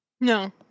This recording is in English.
No